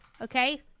okay